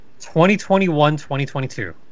2021-2022